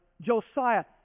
Josiah